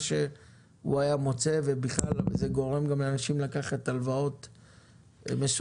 שהוא היה מוצא ובכלל זה גורם לאנשים לקחת הלוואות מסוכנות.